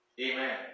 Amen